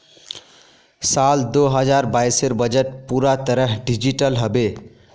साल दो हजार बाइसेर बजट पूरा तरह डिजिटल हबे